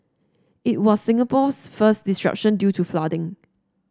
it was Singapore's first disruption due to flooding